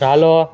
hello